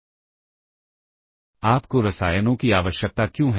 तो सबसे पहले जैसा कि आप इंस्ट्रक्शंस में देख रहे हैं यह पुश इंस्ट्रक्शन के लिए है